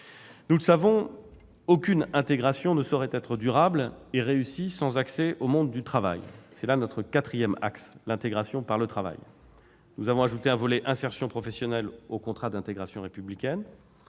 Nous le savons, aucune intégration ne saurait être durable et réussie sans accès au monde du travail. C'est là notre quatrième axe : l'intégration par le travail. Nous avons ajouté un volet « insertion professionnelle » au contrat d'intégration républicaine.